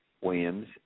Williams